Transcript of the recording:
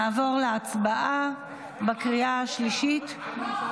נעבור להצבעה בקריאה השלישית --- על מה?